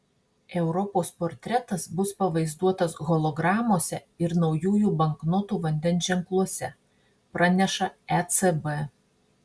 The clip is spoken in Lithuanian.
europos portretas bus pavaizduotas hologramose ir naujųjų banknotų vandens ženkluose praneša ecb